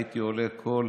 הייתי עולה בכל